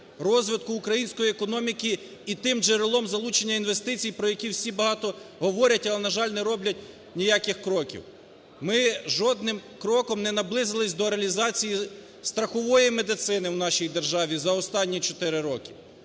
розвитку української економіки і тим джерелом залучення інвестицій, про які всі багато говорять, але на жаль, не роблять ніяких кроків. Ми жодним кроком не наблизилися до реалізації страхової медицини в нашій державі за останні чотири